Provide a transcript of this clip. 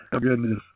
goodness